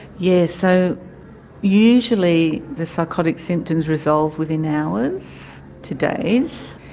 yes, so usually the psychotic symptoms resolve within hours to days.